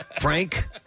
Frank